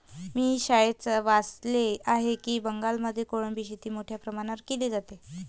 मी शाळेत वाचले आहे की बंगालमध्ये कोळंबी शेती मोठ्या प्रमाणावर केली जाते